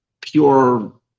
pure